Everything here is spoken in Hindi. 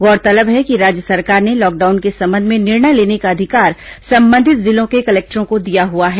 गौरतलब है कि राज्य सरकार ने लॉकडाउन के संबंध में निर्णय लेने का अधिकार संबंधित जिलों के कलेक्टरों को दिया हुआ है